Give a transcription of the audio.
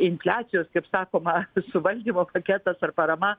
infliacijos kaip sakoma suvaldymo paketas parama